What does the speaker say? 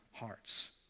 Hearts